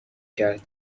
کرد